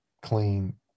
clean